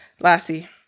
Lassie